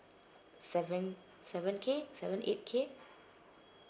seven seven K seven eight K